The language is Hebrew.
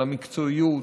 על המקצועיות,